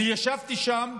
אני ישבתי שם,